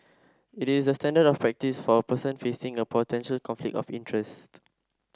it is the standard of practice for a person facing a potential conflict of interest